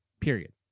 period